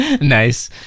Nice